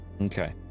Okay